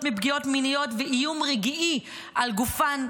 מפגיעות מיניות ואיום כל רגע על גופן,